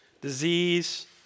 disease